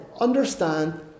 understand